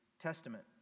Testament